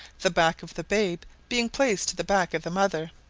the back of the babe being placed to the back of the mother,